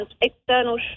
external